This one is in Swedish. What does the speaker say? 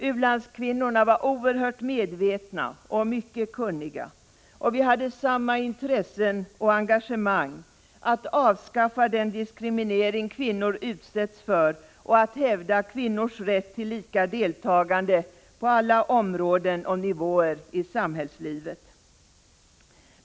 U-landskvinnorna var oerhört medvetna och mycket kunniga. Och vi hade samma intressen och engagemang: att avskaffa den diskriminering kvinnor utsätts för och att hävda kvinnors rätt till lika deltagande på alla områden och nivåer i samhällslivet.